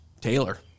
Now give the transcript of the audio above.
Taylor